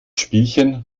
spielchen